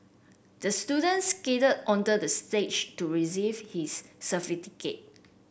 the student skated onto the stage to receive his